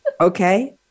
Okay